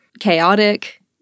Chaotic